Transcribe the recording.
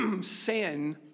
sin